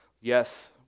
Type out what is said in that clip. Yes